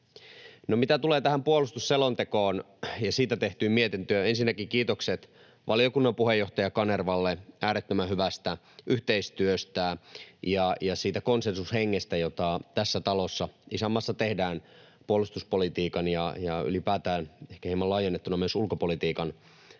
mitä tulee tähän puolustusselontekoon ja siitä tehtyyn mietintöön, ensinnäkin kiitokset valiokunnan puheenjohtaja Kanervalle äärettömän hyvästä yhteistyöstä ja siitä konsensushengestä, jota tässä talossa ja isänmaassa tehdään puolustuspolitiikan ja ylipäätään — ehkä hieman laajennettuna — myös ulkopolitiikan puolesta.